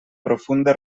profunda